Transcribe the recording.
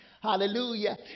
Hallelujah